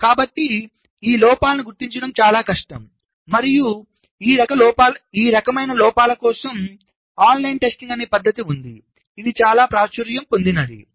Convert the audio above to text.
కాబట్టి ఈ లోపాలను గుర్తించడం చాలా కష్టం మరియు ఈ రకమైన లోపాల కోసం ఆన్లైన్ టెస్టింగ్ అనే పద్దతి ఉంది ఇది చాలా ప్రాచుర్యం పొందింది